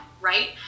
Right